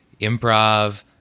improv